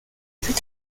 plus